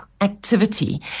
activity